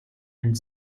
and